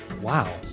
Wow